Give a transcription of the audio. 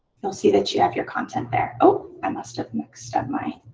you'll see that you have your content there. oh, i must have mixed up my